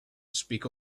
speak